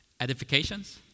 edifications